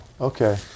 Okay